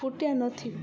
ફૂટ્યાં નથી